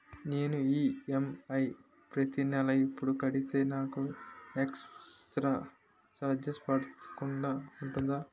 నేను ఈ.ఎం.ఐ ప్రతి నెల ఎపుడు కడితే నాకు ఎక్స్ స్త్ర చార్జెస్ పడకుండా ఉంటుంది?